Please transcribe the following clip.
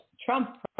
Trump